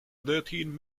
thirteen